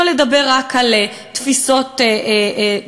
לא לדבר רק על תפיסות גדולות,